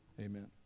amen